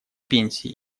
пенсии